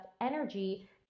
energy